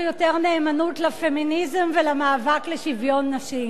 יותר נאמנות לפמיניזם ולמאבק לשוויון נשים.